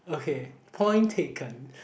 okay point taken